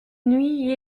nuits